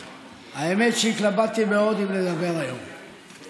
בסיכון, שנתמודד בלי תקציב עם גירעון מטורף,